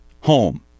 home